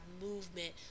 movement